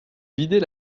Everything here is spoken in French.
vider